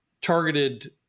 targeted